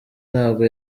ntabwo